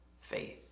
faith